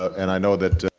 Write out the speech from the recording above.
and i know that